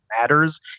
matters